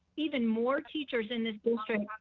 even more teachers in this district are